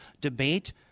Debate